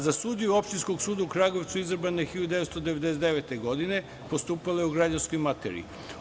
Za sudiju Opštinskog suda u Kragujevcu, izabrana je 1999. godine, postupala je u građanskoj materiji.